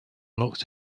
looked